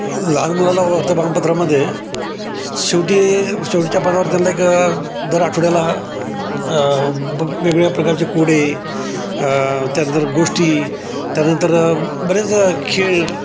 लहान मुलाला वर्तमानपत्रामध्ये शेवटी शेवटच्या पानावर त्यांला एक दर आठवड्याला वेगवेगळ्या प्रकारचे कोडे त्यानंतर गोष्टी त्यानंतर बरेच खेळ